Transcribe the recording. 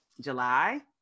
July